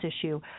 issue